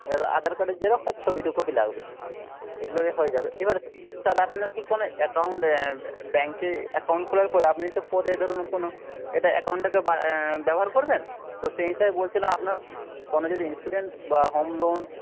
আধার কার্ডের জেরক্স আর ছবি দু কপি লাগবে এইগুলোতে হয়ে যাবে এবার স্যার আপনার কী কোনও অ্যাকাউন্ট ব্যাঙ্কে অ্যাকাউন্ট খোলার পর আপনি পরে ধরুন কোনো এটা অ্যাকাউন্টটা ব্যবহার করবেন তো সেই হিসাবে বলছিলাম আপনার কোনও যদি ইনস্যুরেন্স বা হোম লোন